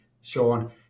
Sean